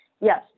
Yes